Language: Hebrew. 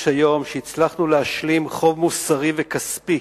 היום שהצלחנו להשלים חוב מוסרי וכספי